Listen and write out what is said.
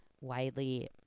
widely